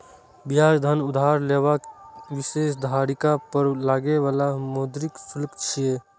ब्याज धन उधार लेबाक विशेषाधिकार पर लागै बला मौद्रिक शुल्क छियै